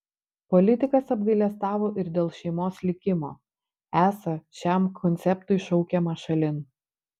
politikas apgailestavo ir dėl šeimos likimo esą šiam konceptui šaukiama šalin